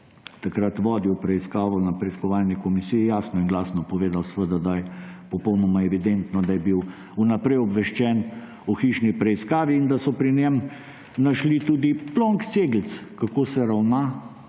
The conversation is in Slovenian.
takrat vodil preiskavo, na preiskovalni komisiji jasno in glasno povedal, da je popolnoma evidentno, da je bil vnaprej obveščen o hišni preiskavi in da so pri njem našli tudi plonk cegelc, kako se ravna